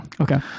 Okay